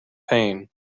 pain